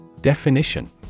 Definition